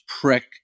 prick